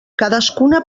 cadascuna